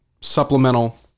supplemental